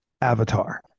avatar